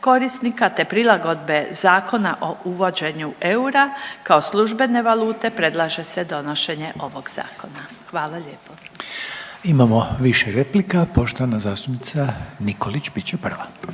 korisnika, te prilagodbe Zakona o uvođenju eura kao službene valute predlaže se donošenje ovog zakona. Hvala lijepo. **Reiner, Željko (HDZ)** Imamo više replika. Poštovana zastupnica Nikolić bit će prva.